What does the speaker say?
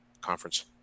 conference